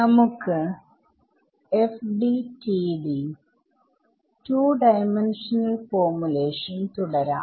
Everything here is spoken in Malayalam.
നമുക്ക് FDTD 2D ഫോർമുലേഷൻ തുടരാം